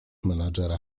menadżera